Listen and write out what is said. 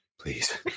please